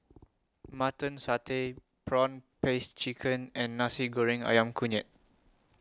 Mutton Satay Prawn Paste Chicken and Nasi Goreng Ayam Kunyit